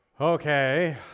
Okay